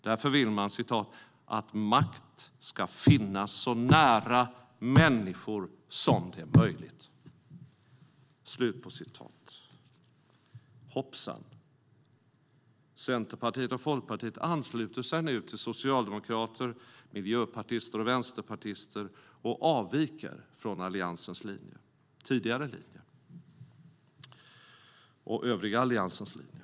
Det är därför vi vill att makt ska finnas så nära människor som möjligt." Hoppsan! Centerpartiet och Folkpartiet ansluter sig nu till Socialdemokraterna, Miljöpartiet och Vänsterpartiet och avviker från Alliansens tidigare linje och övriga Alliansens linje.